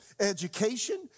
education